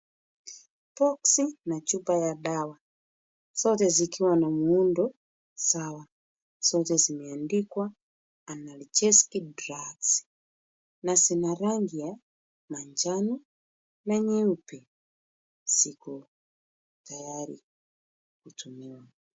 Boksi na chupa ya dawa zote zikiwa na muundo sawa. Zote zimeandikwa Analgesic Drugs na zina rangi ya manjano na nyeupe. Ziko tayari kutumiwa.